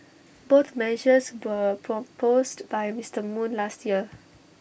both measures were proposed by Mister moon last year